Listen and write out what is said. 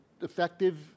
effective